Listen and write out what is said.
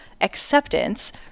acceptance